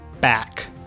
back